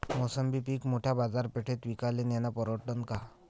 मोसंबी पीक मोठ्या बाजारपेठेत विकाले नेनं परवडन का?